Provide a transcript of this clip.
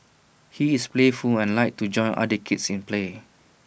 he is playful and likes to join other kids in play